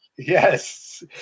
Yes